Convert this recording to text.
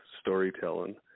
storytelling